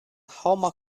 homa